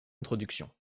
introduction